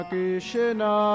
Krishna